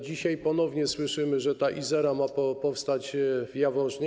Dzisiaj ponownie słyszymy, że Izera ma powstać w Jaworznie.